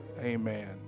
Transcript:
Amen